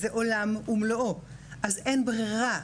זה עולם ומלואו אז אין ברירה,